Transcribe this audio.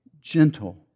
gentle